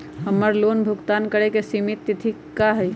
हमर लोन भुगतान करे के सिमित तिथि का हई?